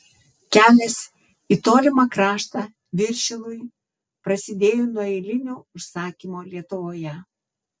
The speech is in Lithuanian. kelias į tolimą kraštą viršilui prasidėjo nuo eilinio užsakymo lietuvoje